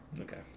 Okay